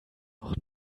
noch